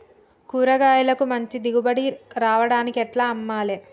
కూరగాయలకు మంచి దిగుబడి రావడానికి ఎట్ల అమ్మాలే?